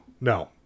no